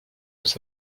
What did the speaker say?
aux